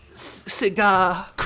Cigar